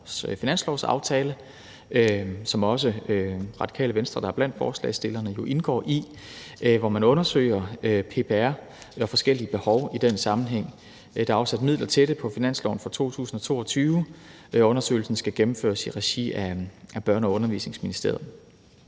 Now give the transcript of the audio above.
finanslovsaftale, som også Radikale Venstre, der er blandt forslagsstillerne, indgår i, hvor man undersøger PPR og forskellige behov i den sammenhæng. Der er afsat midler til det på finansloven for 2022, og undersøgelsen skal gennemføres i regi af Børne- og Undervisningsministeriet.